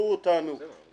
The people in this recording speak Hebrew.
הייתה הארכה של עשרה חודשים.